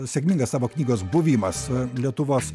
sėkmingas tavo knygos buvimas lietuvos